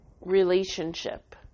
relationship